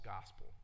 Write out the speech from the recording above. gospel